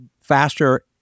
faster